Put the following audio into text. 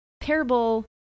parable